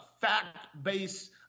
fact-based